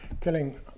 killing